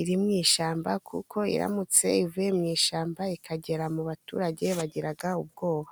iri mu ishyamba, kuko iramutse ivuye mu ishyamba ikagera mu baturage bagira ubwoba.